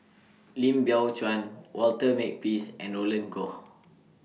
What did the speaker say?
Lim Biow Chuan Walter Makepeace and Roland Goh